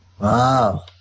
Wow